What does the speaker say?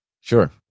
Sure